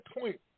point